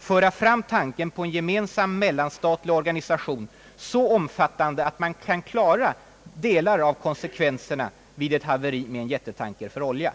föra fram tanken på en gemensam, mellanstatlig organisation vid en konferens mellan östersjöländerna, en organisation som är så omfattande att man kan klara konsekvenserna vid ett haveri med en jättetanker?